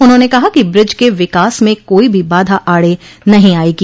उन्होंने कहा कि ब्रज के विकास में कोई भी बाधा आड़े नहीं आयेगी